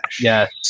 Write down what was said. Yes